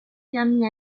permit